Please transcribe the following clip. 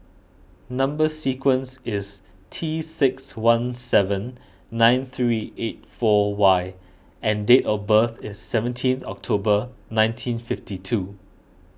Number Sequence is T six one seven nine three eight four Y and date of birth is seventeen October nineteen fifty two